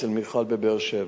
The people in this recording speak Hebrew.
אצל מיכל בבאר-שבע,